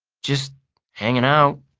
just hanging out,